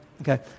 okay